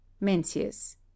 Mencius